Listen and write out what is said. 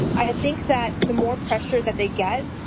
i think that the more pressure that they get,